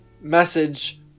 message